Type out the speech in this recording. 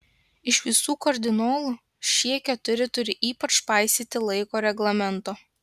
iš visų kardinolų šie keturi turi ypač paisyti laiko reglamento